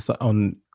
on